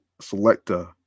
selector